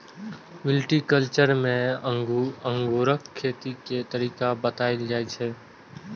viticulture मे अंगूरक खेती के तरीका बताएल जाइ छै